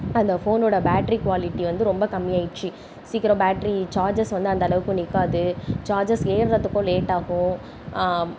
அந்த ஃபோனோட battery quality வந்து ரொம்ப கம்மியாயிடுச்சி சீக்கிரம் பேட்ரி சார்ஜ்ஜஸ் வந்து அந்தளவுக்கு நிற்காது சார்ஜ்ஜஸ் ஏறுறதுக்கும் லேட்டாகும்